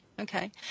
Okay